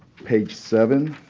page seven,